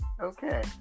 Okay